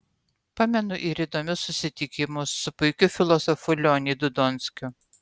pamenu ir įdomius susitikimus su puikiu filosofu leonidu donskiu